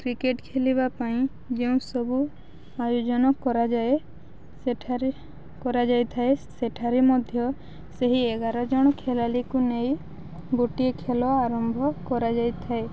cricket ଖେଳିବା ପାଇଁ ଯେଉଁସବୁ ଆୟୋଜନ କରାଯାଏ ସେଠାରେ କରାଯାଇଥାଏ ସେଠାରେ ମଧ୍ୟ ସେହି ଏଗାର ଜଣ ଖେଳାଳିକୁ ନେଇ ଗୋଟିଏ ଖେଳ ଆରମ୍ଭ କରାଯାଇଥାଏ